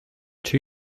two